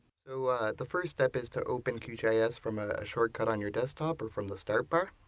so the first step is to open qgis from a shortcut on your desktop or from the start-bar.